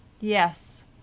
Yes